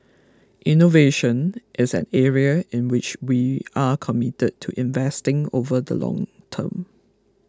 innovation is an area in which we are committed to investing over the long term